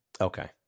Okay